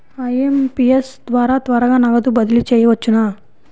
IMPS ద్వారా త్వరగా నగదు బదిలీ చేయవచ్చునా?